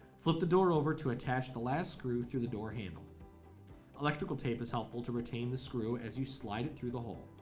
flip the door over to attach the last screw through the door handle electrical tape is helpful to retain the screw as you slide it through the hole